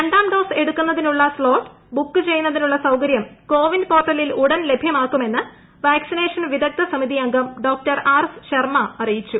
രണ്ടാം ഡോസ് എടുക്കുന്നതിനുള്ള slot book ചെയ്യുന്നതിനുള്ള സൌകര്യം കോ വിൻ പോർട്ടലിൽ ഉടൻ ലഭ്യമാക്കുമെന്ന് വാക്സിനേഷൻ വിദഗ്ധ്യ സമിതി അംഗം ഡോക്ടർ ആർ എസ് ശർമ അറിയിച്ചു